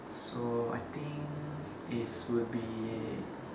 so I think is will be